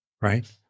right